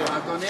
אדוני,